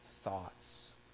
thoughts